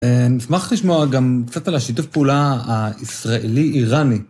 נשמח לשמוע גם קצת על השיתוף פעולה הישראלי-איראני.